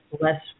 less